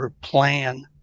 plan